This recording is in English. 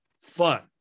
fun